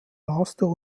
master